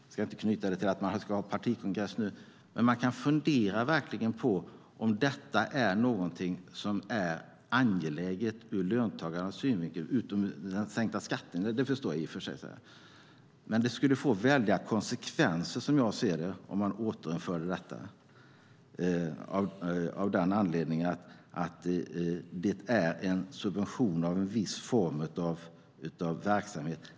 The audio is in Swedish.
Jag ska inte knyta det till att man ska ha partikongress nu, men man kan verkligen fundera på om detta är något som är angeläget ur löntagarnas synvinkel, utom den sänkta skatten som jag i och för sig förstår. Det skulle få väldiga konsekvenser, som jag ser det, om man återinförde detta av den anledningen att det är en subvention av en viss form av verksamhet.